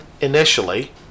initially